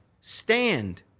stand